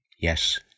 Yes